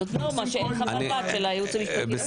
זאת נורמה שאין חוות דעת של הייעוץ המשפטי.